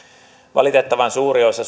valitettavan suuri osa